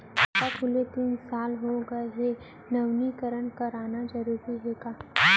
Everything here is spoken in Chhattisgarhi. खाता खुले तीन साल हो गया गये हे नवीनीकरण कराना जरूरी हे का?